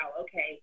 okay